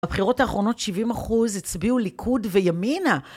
הבחירות האחרונות 70% הצביעו ליכוד וימינה.